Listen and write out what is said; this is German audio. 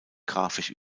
grafisch